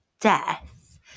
death